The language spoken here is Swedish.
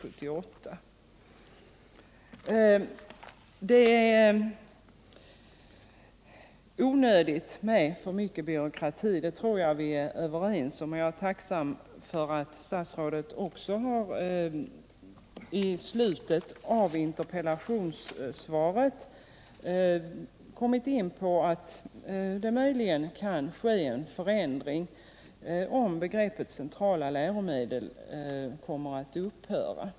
Det är onödigt med för mycket byråkrati. Det tror jag faktiskt vi är överens om. Jag är tacksam för att statsrådet också i slutet av interpellationssvaret har kommit in på att det möjligen kan ske en förändring om begreppet centrala läromedel kommer att upphöra.